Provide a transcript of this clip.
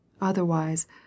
Otherwise